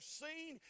seen